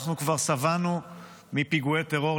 אנחנו כבר שבענו מפיגועי טרור,